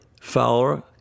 Fowler